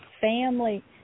family